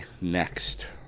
next